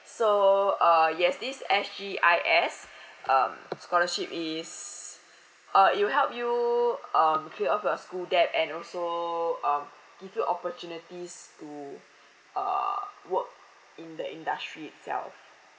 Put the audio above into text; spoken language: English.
so uh yes this S_G_I_S um scholarship is uh it'll help you um clear off your school debt and also um give you opportunities to uh work in the industry itself